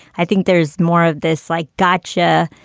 i think there is more of this like gotcha